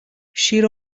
شیر